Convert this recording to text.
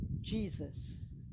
Jesus